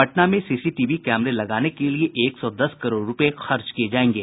पटना में सीसीटीवी कैमरे लगाने के लिए एक सौ दस करोड़ रुपये खर्च किये जायेंगे